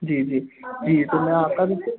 जी जी जी तो मैं आपका भी फिर